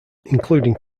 including